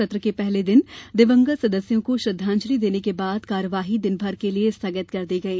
सत्र के पहले दिन दिवंगत सदस्यों को श्रद्वांजलि देने के बाद कार्यवाही दिनभर के लिये स्थगित कर दी गई